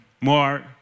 more